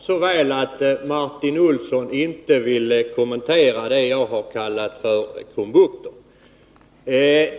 Herr talman! Jag förstår så väl att Martin Olsson inte vill kommentera det jag har kallat krumbukter.